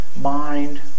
mind